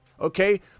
Okay